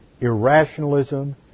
irrationalism